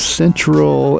central